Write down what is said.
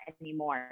anymore